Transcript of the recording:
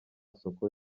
soko